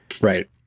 right